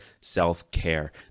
self-care